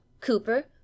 Cooper